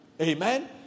Amen